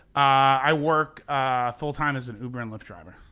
i work full time as an uber and lyft driver.